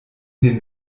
den